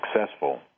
successful